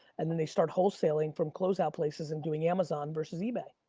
and then they start wholesaling from close out places and doing amazon versus ebay.